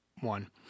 one